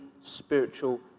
spiritual